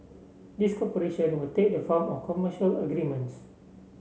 this cooperation will take the form of commercial agreements